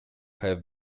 have